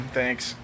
thanks